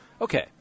okay